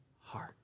heart